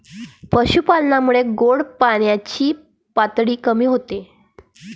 पशुपालनामुळे गोड पाण्याची पातळी कमी होते